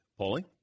Paulie